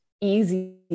easy